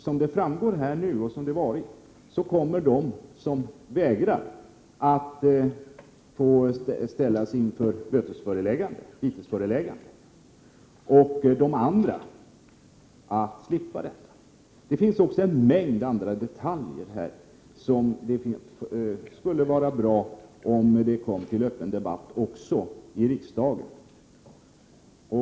Som det framgår nu, och som det har varit tidigare, kommer de som vägrar att delta att ställas inför vitesföreläggande och alla andra att slippa det. Det finns även en mängd andra detaljer, och det skulle vara bra om också de togs upp till debatt i riksdagen.